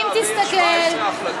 אם תסתכל, לא יכולת להעביר 17 החלטות כאלה?